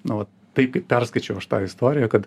na va taip kaip perskaičiau tą istoriją kad